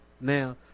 now